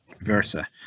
Versa